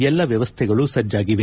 ಎಲ್ಲಾ ವ್ಯವಸ್ಥೆಗಳು ಸಜ್ಜಾಗಿದೆ